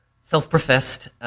self-professed